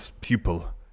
pupil